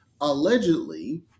Allegedly